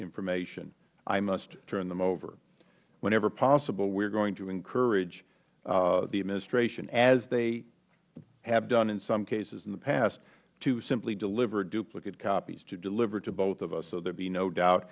information i must turn them over whenever possible we are going to encourage the administration as they have done in some cases in the past to simply deliver duplicate copies to deliver to both of us so there would be no doubt